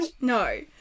no